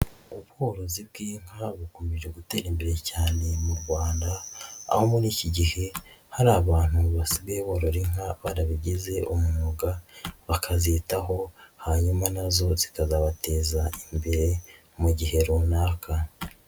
Ubworozi bw'inka bukomeje gutera imbere cyane mu rwanda, aho muri iki gihe hari abantu basigaye borora Inka barabigize umwuga bakazitaho, hanyuma nazo zikazabateza imbere mu gihe runaka.